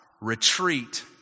retreat